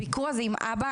הביקור הזה עם אבא,